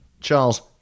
Charles